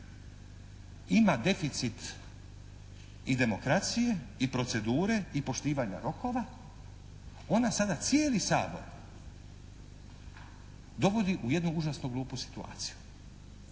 ima deficit i demokracije i procedure i poštivanja rokova ona sada cijeli Sabor dovodi u jednu užasno glupu situaciju